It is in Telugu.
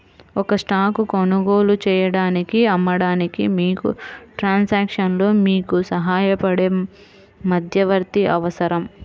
ఒక స్టాక్ కొనుగోలు చేయడానికి, అమ్మడానికి, మీకు ట్రాన్సాక్షన్లో మీకు సహాయపడే మధ్యవర్తి అవసరం